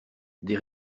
des